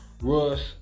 Russ